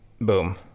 Boom